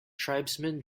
tribesmen